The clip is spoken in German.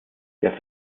der